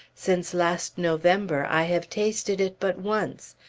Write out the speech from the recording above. since last november, i have tasted it but once,